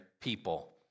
people